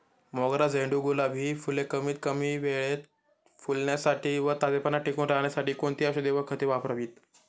मोगरा, झेंडू, गुलाब हि फूले कमीत कमी वेळेत फुलण्यासाठी व ताजेपणा टिकून राहण्यासाठी कोणती औषधे व खते वापरावीत?